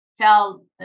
tell